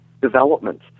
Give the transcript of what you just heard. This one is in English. development